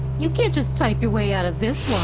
you can't just type your way out of this